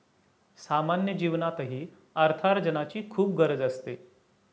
सामान्य जीवनातही अर्थार्जनाची खूप गरज असते